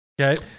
Okay